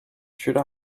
should